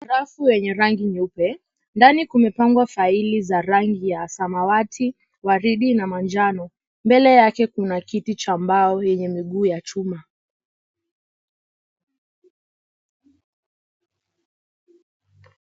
Rafu yenye rangi nyeupe ndni kumepanga faili za rangi ya samawati waridi na manjano. Mbele yake kuna kiti cha mbao yenye miguu ya chuma.